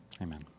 Amen